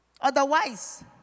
otherwise